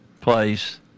place